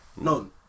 No